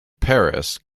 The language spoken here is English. paris